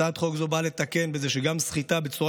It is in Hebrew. הצעת חוק זו באה לתקן בזה שגם סחיטה בצורה